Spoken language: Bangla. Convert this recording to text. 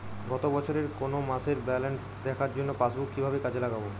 গত বছরের কোনো মাসের ব্যালেন্স দেখার জন্য পাসবুক কীভাবে কাজে লাগাব?